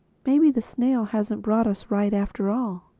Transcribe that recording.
maybe the snail hasn't brought us right after all.